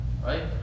right